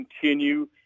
continue